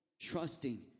trusting